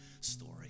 story